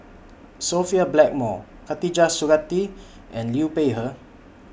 Sophia Blackmore Khatijah Surattee and Liu Peihe